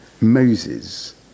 Moses